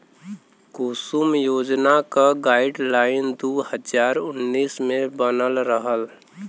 कुसुम योजना क गाइडलाइन दू हज़ार उन्नीस मे बनल रहल